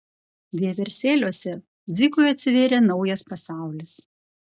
vieversėliuose dzikui atsivėrė naujas pasaulis